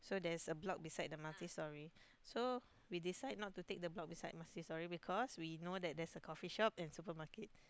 so there's a block beisde the multi story so we decide not to take the block beside multi story because we know that there's a coffee shop and supermarket